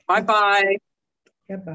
Bye-bye